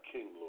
King